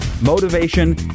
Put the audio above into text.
motivation